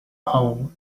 home